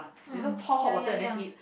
mm ya ya ya